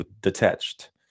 detached